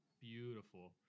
beautiful